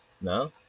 No